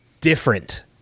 different